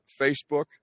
Facebook